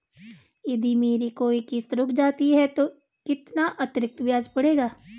यदि मेरी कोई किश्त रुक जाती है तो कितना अतरिक्त ब्याज पड़ेगा?